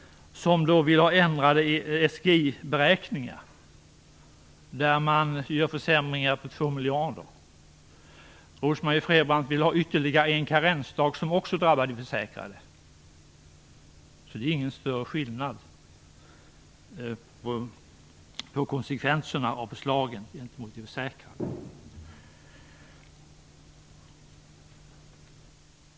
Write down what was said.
Hon vill ha ändrade SGI-beräkningar där man gör försämringar på två miljarder. Rose-Marie Frebran vill ha ytterligare en karensdag, vilket också drabbar de försäkrade. Det är således ingen större skillnad på förslaget konsekvenser gentemot de försäkrade.